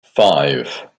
five